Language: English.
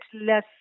less